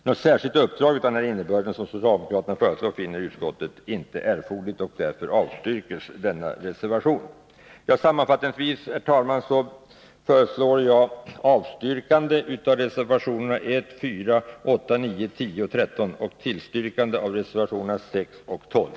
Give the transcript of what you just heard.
Något särskilt uppdrag av den innebörd som socialdemokraterna föreslår finner utskottet inte erforderligt och avstyrker därför motionen. Sammanfattningsvis, herr talman, yrkar jag avslag på reservationerna 1,4, 8, 9, 10 och 13 och bifall till reservationerna 6 och 12.